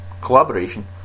collaboration